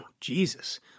Jesus